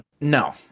No